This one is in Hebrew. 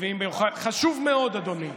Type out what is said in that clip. חשוב מאוד, אדוני.